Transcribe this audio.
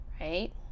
Right